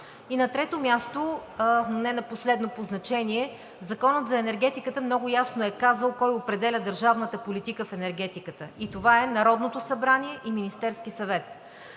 На трето място, но не на последно по значение, Законът за енергетиката много ясно е казал кой определя държавната политика в енергетиката – Народното събрание и Министерският съвет.